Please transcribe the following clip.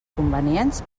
convenients